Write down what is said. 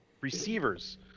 receivers